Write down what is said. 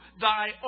thy